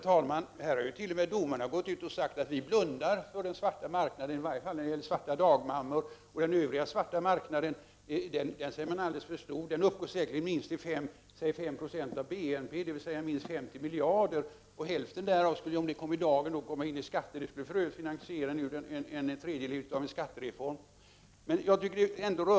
Kärnkraftsavvecklingen kommer oundvikligen att leda till kraftigt stigande elpriser. Detta gäller i synnerhet om kärnkraften inte alls — som finansministern antytt — skall ersättas. Konsekvenserna för svensk basindustri kommer att bli dramatiska redan vid en fördubbling av elpriset, något som också framgår av statens energiverks studie.